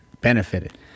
benefited